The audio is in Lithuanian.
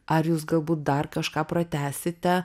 ar jūs galbūt dar kažką pratęsite